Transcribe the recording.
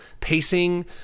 pacing